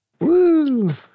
Woo